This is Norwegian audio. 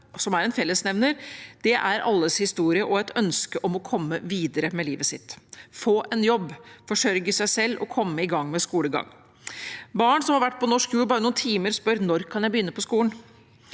som er en fellesnevner, er alles historie og et ønske om å komme videre med livet sitt – få en jobb, forsørge seg selv og komme i gang med skolegang. Barn som har vært på norsk jord bare noen timer, spør: Når kan jeg begynne på skolen?